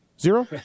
Zero